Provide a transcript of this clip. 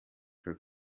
her